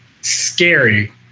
scary